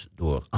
door